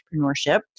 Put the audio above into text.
Entrepreneurship